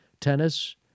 Tennis